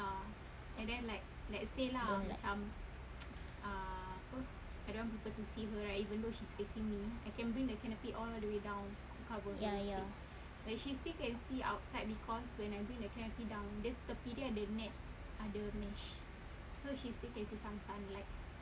don't like ya ya